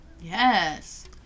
Yes